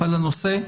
על הנושא.